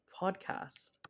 podcast